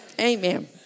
Amen